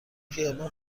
خیابان